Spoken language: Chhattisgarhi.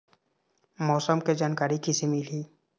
मौसम के जानकारी किसे मिलही?